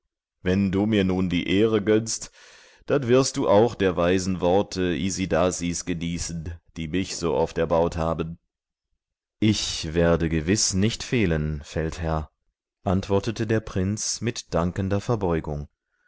wenn du mir nun die ehre gönnst dann wirst du auch der weisen worte isidasis genießen die mich so oft erbaut haben ich werde gewiß nicht fehlen feldherr antwortete der prinz mit dankender verbeugung